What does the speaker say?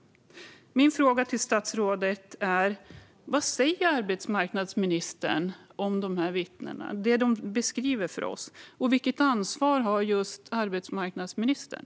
Min fråga är: Vad säger arbetsmarknadsministern om vad dessa vittnen beskriver för oss? Vilket ansvar har arbetsmarknadsministern?